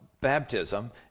baptism